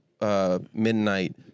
midnight